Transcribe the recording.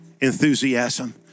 enthusiasm